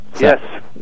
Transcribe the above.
Yes